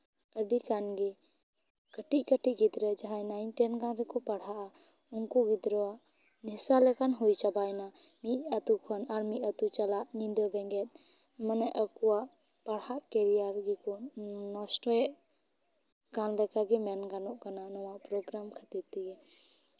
ᱟᱹᱰᱤ ᱜᱟᱱ ᱜᱮ ᱠᱟᱹᱴᱤᱡ ᱠᱟᱹᱴᱤᱡ ᱜᱤᱫᱽᱨᱟᱹ ᱡᱟᱦᱟᱸᱭ ᱱᱟᱭᱤᱱ ᱴᱮᱱ ᱜᱟᱱ ᱨᱮᱠᱚ ᱯᱟᱲᱦᱟᱜᱼᱟ ᱩᱱᱠᱩ ᱜᱤᱫᱽᱨᱟᱹ ᱱᱮᱥᱟ ᱞᱮᱠᱟ ᱦᱩᱭ ᱪᱟᱵᱟᱭᱮᱱᱟ ᱢᱤᱫ ᱟᱛᱳ ᱠᱷᱚᱱ ᱟᱨ ᱢᱤᱫ ᱟᱛᱳ ᱪᱟᱞᱟᱜ ᱧᱤᱫᱟᱹ ᱵᱮᱸᱜᱮᱫ ᱢᱟᱱᱮ ᱟᱠᱚᱣᱟᱜ ᱯᱟᱲᱦᱟᱜ ᱠᱮᱨᱤᱭᱟᱨ ᱜᱮᱠᱚ ᱱᱚᱥᱴᱚᱭᱮᱜ ᱠᱟᱱ ᱞᱮᱠᱟᱜᱮ ᱢᱮᱱ ᱜᱟᱱᱚᱜ ᱠᱟᱱᱟ ᱱᱚᱣᱟ ᱯᱨᱳᱜᱨᱟᱢ ᱠᱷᱟᱹᱛᱤᱨ ᱛᱮᱜᱮ